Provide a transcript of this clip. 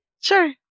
sure